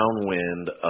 downwind